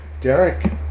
Derek